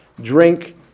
drink